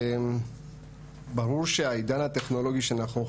ואנחנו גם עושים סוג של התאמה ולמידה של נושא,